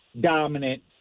dominant